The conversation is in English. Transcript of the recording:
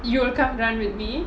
you will come run with me